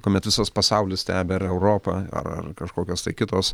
kuomet visas pasaulis stebi ar europą ar ar kažkokios tai kitos